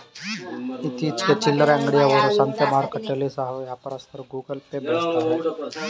ಇತ್ತೀಚಿಗೆ ಚಿಲ್ಲರೆ ಅಂಗಡಿ ಅವರು, ಸಂತೆ ಮಾರುಕಟ್ಟೆಯಲ್ಲಿ ಸಹ ವ್ಯಾಪಾರಸ್ಥರು ಗೂಗಲ್ ಪೇ ಬಳಸ್ತಾರೆ